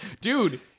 Dude